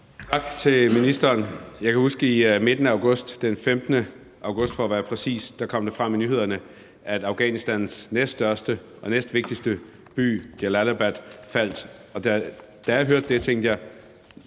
Tak til ministeren. Jeg kan huske, at det i midten af august – den 15. august, for at være præcis – kom frem i nyhederne, at Afghanistans næststørste og næstvigtigste by, Jalalabad, var faldet, og da jeg hørte det, tænkte jeg: